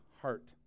heart